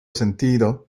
sentido